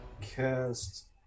cast